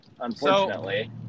unfortunately